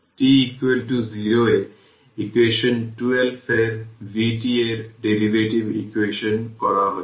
t 0 এ equation 12 এর vt এর ডেরিভেটিভ ইভ্যালুয়েশন করা হচ্ছে